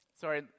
Sorry